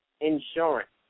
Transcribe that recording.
insurance